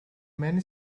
many